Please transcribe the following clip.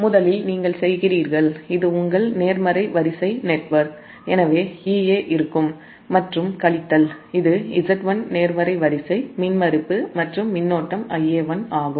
முதலில் நீங்கள் செய்கிறீர்கள் இது உங்கள் நேர்மறை வரிசை நெட்வொர்க் எனவே Ea இருக்கும் மற்றும் Z1 கழித்தல் இது நேர்மறைவரிசை மின்மறுப்பு மற்றும் Ia1 மின்னோட்டம் ஆகும்